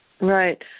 Right